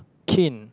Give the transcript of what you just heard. kin